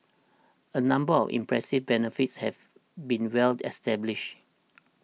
a number of impressive benefits have been well established